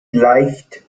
gleicht